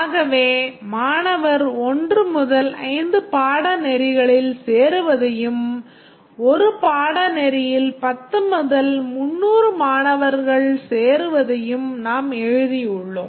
ஆகவே மாணவர் 1 முதல் 5 பாடநெறிகளில் சேருவதையும் ஒரு பாடநெறியில் 10 முதல் 300 மாணவர் சேருவதையும் நாம் எழுதியுள்ளோம்